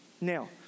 Now